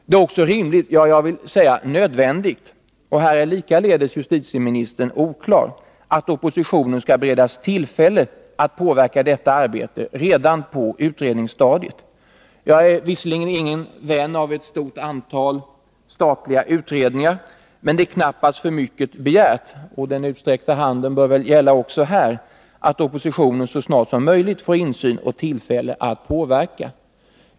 Det är också rimligt, ja, jag vill säga nödvändigt — och här är justitieministern likaledes oklar — att oppositionen skall beredas tillfälle att påverka detta arbete redan på utredningsstadiet. Jag är visserligen ingen vän av ett stort antal statliga utredningar, men det är knappast för mycket begärt — den utsträckta handen bör väl gälla också här — att oppositionen så snart som möjligt får insyn och får tillfälle att påverka.